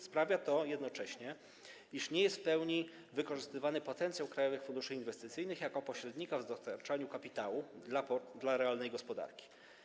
Sprawia to jednocześnie, iż nie jest w pełni wykorzystywany potencjał krajowych funduszy inwestycyjnych jako pośrednika w dostarczaniu kapitału dla realnej gospodarki.